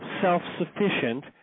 self-sufficient